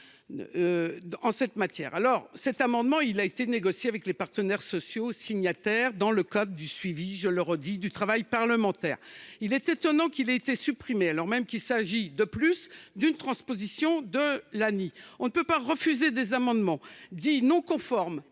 sur ce sujet. Cet amendement a été négocié avec les partenaires sociaux signataires, dans le cadre du suivi, je le redis, du travail parlementaire. Il est étonnant qu’il ait été supprimé, alors même qu’il s’agit d’une transposition de l’ANI. On ne peut pas refuser des amendements au prétexte